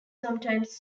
sometimes